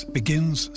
begins